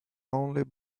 only